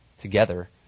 together